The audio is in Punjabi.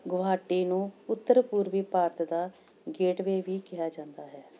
ਗੁਹਾਟੀ ਨੂੰ ਉੱਤਰ ਪੂਰਬੀ ਭਾਰਤ ਦਾ ਗੇਟਵੇ ਵੀ ਕਿਹਾ ਜਾਂਦਾ ਹੈ